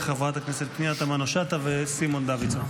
לחברי הכנסת פנינה תמנו שטה וסימון דוידסון.